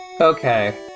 Okay